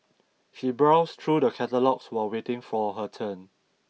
she browsed through the catalogues while waiting for her turn